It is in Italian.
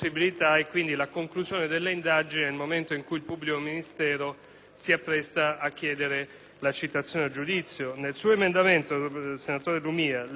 si appresta a chiedere la citazione in giudizio; invece nell'emendamento del senatore Lumia si fa riferimento ad un accertamento del prefetto,